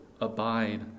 abide